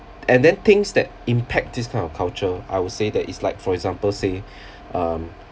and then things that impact this kind of culture I would say that it's like for example say um